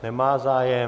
Nemá zájem.